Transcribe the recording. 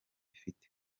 ifite